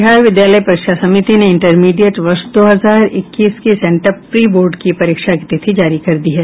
बिहार विद्यालय परीक्षा समिति ने इंटरमीडिए वर्ष दो हजार इक्कीस की सेंटअप प्री बोर्ड की परीक्षा की तिथि जारी कर दी है